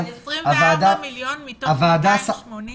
24 מיליון מתוך 280?